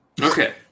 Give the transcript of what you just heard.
Okay